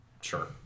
Sure